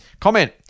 Comment